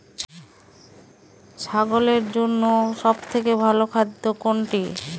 ছাগলের জন্য সব থেকে ভালো খাদ্য কোনটি?